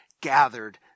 gathered